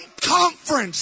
conference